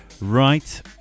Right